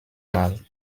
mal